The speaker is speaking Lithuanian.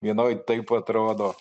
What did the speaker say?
vienoj taip atrodo